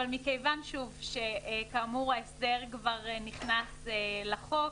אבל מכיוון שכאמור ההסדר כבר נכנס לחוק,